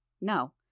No